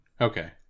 okay